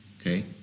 Okay